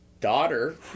daughter